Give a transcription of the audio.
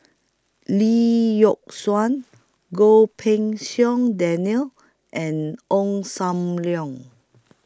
Lee Yock Suan Goh Pei Siong Daniel and Ong SAM Leong